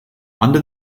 under